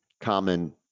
common